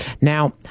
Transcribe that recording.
Now